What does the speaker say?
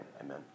amen